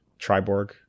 triborg